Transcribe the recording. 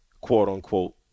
quote-unquote